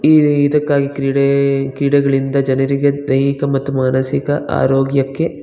ಈ ಇದಕ್ಕಾಗಿ ಕ್ರೀಡೆ ಕ್ರೀಡೆಗಳಿಂದ ಜನರಿಗೆ ದೈಹಿಕ ಮತ್ತು ಮಾನಸಿಕ ಆರೋಗ್ಯಕ್ಕೆ